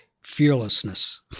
fearlessness